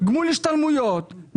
גמול השתלמויות,